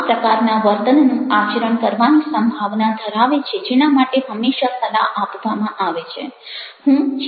તેઓ આ પ્રકારના વર્તનનું આચરણ કરવાની સંભાવના ધરાવે છે જેના માટે હંમેશાં સલાહ આપવામાં આવે છે